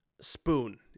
spoon